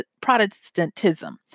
Protestantism